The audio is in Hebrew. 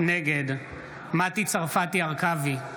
נגד מטי צרפתי הרכבי,